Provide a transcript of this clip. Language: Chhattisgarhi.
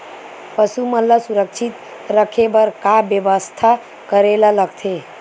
पशु मन ल सुरक्षित रखे बर का बेवस्था करेला लगथे?